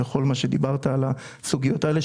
וכל מה שדיברת על הסוגיות האלה,